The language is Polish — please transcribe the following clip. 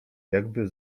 jakby